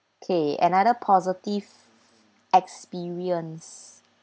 okay another positive experience